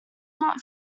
not